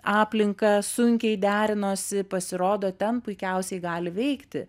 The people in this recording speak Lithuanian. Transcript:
aplinka sunkiai derinosi pasirodo ten puikiausiai gali veikti